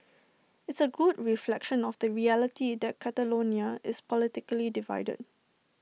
it's A good reflection of the reality that Catalonia is politically divided